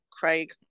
Craig